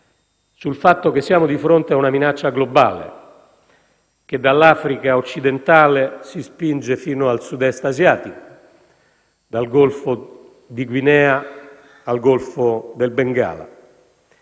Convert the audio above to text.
sul fatto che siamo di fronte ad una minaccia globale, che dall'Africa occidentale si spinge fino al Sud-Est asiatico, dal Golfo di Guinea al Golfo del Bengala,